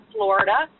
Florida